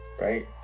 Right